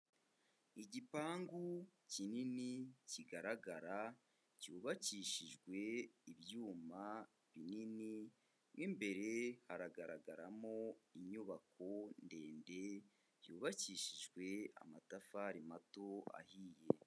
Igipangu kinini kigaragara cyubakishijwe ibyuma binini, mo imbere haragaragaramo inyubako ndende, yubakishijwe amatafari mato ahiye.